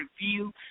Review